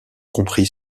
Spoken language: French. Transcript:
compris